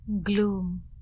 gloom